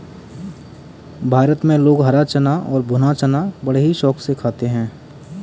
भारत में लोग हरा चना और भुना चना बड़े ही शौक से खाते हैं